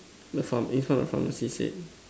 the far in front of pharmacy say